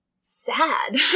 sad